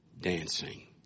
dancing